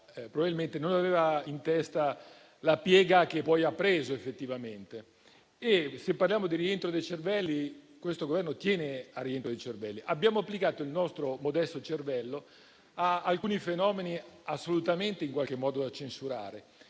probabilmente non aveva in testa la piega che poi ha preso effettivamente. Se parliamo di rientro dei cervelli, questo Governo tiene al rientro dei cervelli. Abbiamo però applicato il nostro modesto cervello ad alcuni fenomeni assolutamente da censurare,